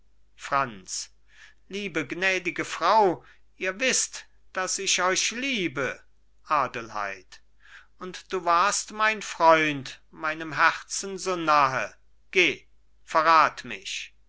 franz liebe gnädige frau ihr wißt daß ich euch liebe adelheid und du warst mein freund meinem herzen so nahe geh verrat mich